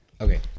Okay